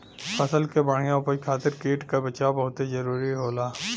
फसल के बढ़िया उपज खातिर कीट क बचाव बहुते जरूरी होला